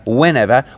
whenever